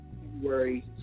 February